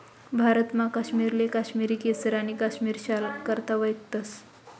भारतमा काश्मीरले काश्मिरी केसर आणि काश्मिरी शालना करता वयखतस